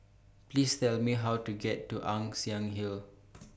Please Tell Me How to get to Ann Siang Hill